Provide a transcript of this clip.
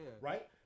Right